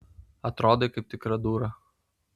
atrodai kaip tikra dūra